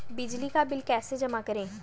बिजली का बिल कैसे जमा करें?